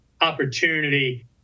opportunity